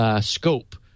Scope